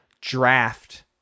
draft